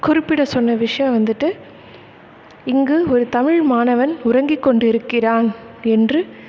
குறிப்பிட சொன்ன விஷயம் வந்துட்டு இங்கு ஒரு தமிழ் மாணவன் உறங்கி கொண்டு இருக்கிறான் என்று